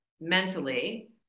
mentally